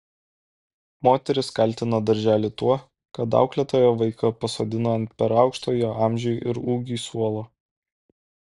moteris kaltina darželį tuo kad auklėtoja vaiką pasodino ant per aukšto jo amžiui ir ūgiui suolo